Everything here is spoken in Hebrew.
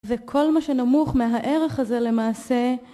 וכל מה שנמוך מהערך הזה למעשה